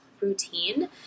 routine